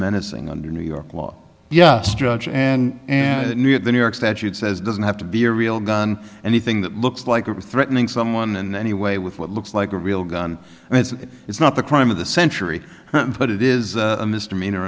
menacing under new york law yes judge and knew that the new york statute says doesn't have to be a real gun anything that looks like a threatening someone in any way with what looks like a real gun and it is not the crime of the century but it is a misdemeanor